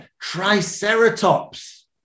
triceratops